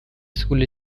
school